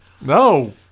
No